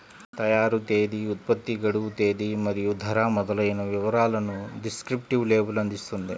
తయారీ తేదీ, ఉత్పత్తి గడువు తేదీ మరియు ధర మొదలైన వివరాలను డిస్క్రిప్టివ్ లేబుల్ అందిస్తుంది